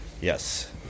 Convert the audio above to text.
Yes